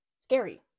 Scary